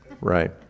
right